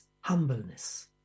humbleness